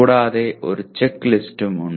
കൂടാതെ ഒരു ചെക്ക്ലിസ്റ്റും ഉണ്ട്